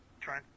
try